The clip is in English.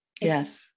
Yes